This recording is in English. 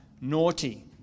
naughty